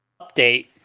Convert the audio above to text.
update